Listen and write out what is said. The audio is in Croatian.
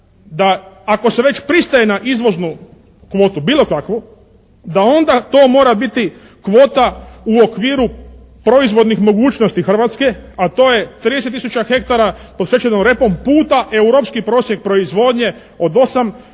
da ako se već pristaje na izvoznu kvotu, bilo kakvu da onda to mora biti kvota u okviru proizvodnih mogućnosti Hrvatske, a to je 30 tisuća hektara pod šećernom repom puta europski prosjek proizvodnje od 8